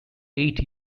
eight